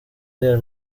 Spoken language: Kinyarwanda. real